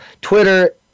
Twitter